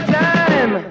time